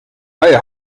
reihe